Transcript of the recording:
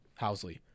Housley